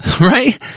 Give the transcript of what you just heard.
right